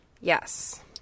Yes